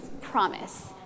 promise